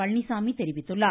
பழனிசாமி தெரிவித்துள்ளார்